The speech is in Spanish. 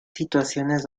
situaciones